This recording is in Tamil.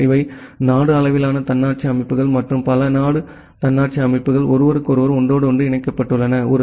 பின்னர் இவை நாடு அளவிலான தன்னாட்சி அமைப்புகள் மற்றும் பல நாடு தன்னாட்சி அமைப்புகள் ஒருவருக்கொருவர் ஒன்றோடொன்று இணைக்கப்பட்டுள்ளன